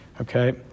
Okay